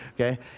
okay